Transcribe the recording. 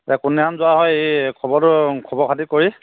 অঁ কোন দিনাখন যোৱা হয় এই খবৰটো খবৰ খাতি কৰি